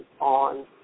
on